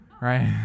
right